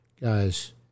guys